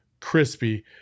crispy